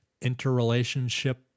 interrelationship